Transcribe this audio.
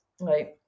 right